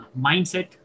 mindset